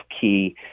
key